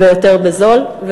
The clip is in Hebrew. ויותר בזול.